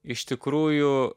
iš tikrųjų